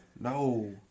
no